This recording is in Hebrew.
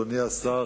אדוני השר,